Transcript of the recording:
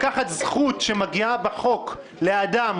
איך אתם נותנים לקחת זכות שמגיעה בחוק לאדם,